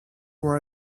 were